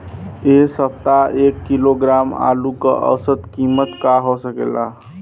एह सप्ताह एक किलोग्राम आलू क औसत कीमत का हो सकेला?